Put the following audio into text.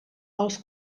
els